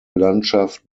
landschaft